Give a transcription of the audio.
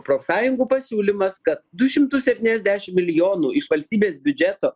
profsąjungų pasiūlymas kad du šimtus septyniasdešim milijonų iš valstybės biudžeto